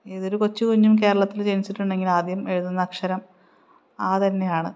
ഏതൊരു കൊച്ചു കുഞ്ഞും കേരളത്തിൽ ജനിച്ചിട്ടുണ്ടെങ്കിൽ ആദ്യം എഴുതുന്ന അക്ഷരം ആ തന്നെയാണ്